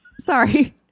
Sorry